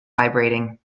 vibrating